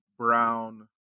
Brown